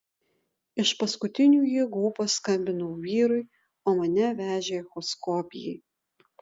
iš paskutinių jėgų paskambinau vyrui o mane vežė echoskopijai